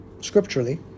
scripturally